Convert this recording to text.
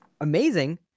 Amazing